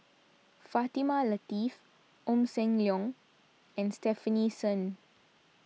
Fatimah Lateef Ong Sam Leong and Stefanie Sun